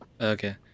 Okay